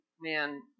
man